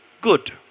good